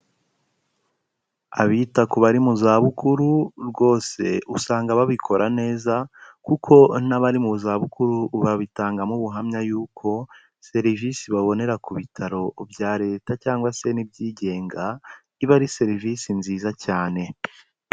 Abita ku bari mu zabukuru rwose usanga babikora neza, kuko n'abari mu zabukuru babitangamo ubuhamya yuko serivisi babonera ku bitaro bya Leta cyangwa se n'ibyigenga iba ari serivisi nziza cyane.